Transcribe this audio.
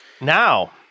now